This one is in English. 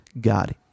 God